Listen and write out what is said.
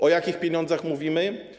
O jakich pieniądzach mówimy?